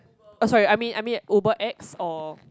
oh sorry I mean I mean Uber X or